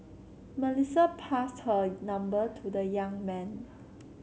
Melissa passed her number to the young man